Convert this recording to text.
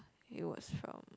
he was from